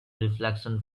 reflection